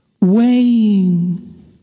weighing